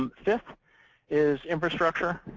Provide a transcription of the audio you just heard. um fifth is infrastructure.